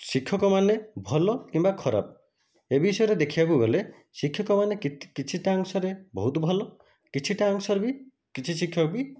ଶିକ୍ଷକମାନେ ଭଲ କିମ୍ବା ଖରାପ ଏ ବିଷୟରେ ଦେଖିବାକୁ ଗଲେ ଶିକ୍ଷକମାନେ କିଛିଟା ଅଂଶରେ ବହୁତ ଭଲ କିଛିଟା ଅଂଶରେ ବି କିଛି ଶିକ୍ଷକ ବି